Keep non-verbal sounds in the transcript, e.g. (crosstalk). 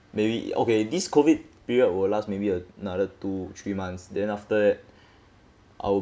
maybe okay this COVID period will last maybe another two three months then after that (breath) I will